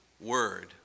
word